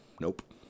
Nope